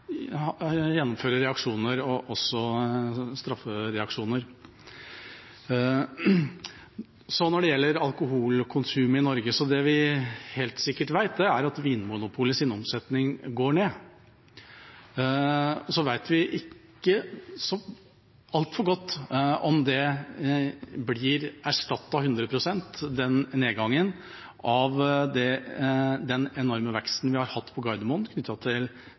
reaksjoner, også straffereaksjoner. Når det gjelder alkoholkonsumet i Norge: Det vi helt sikkert vet, er at Vinmonopolets omsetning går ned. Og så vet vi ikke, så altfor godt, om denne nedgangen blir erstattet hundre prosent av den enorme veksten vi har hatt på Gardermoen knyttet til